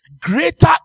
Greater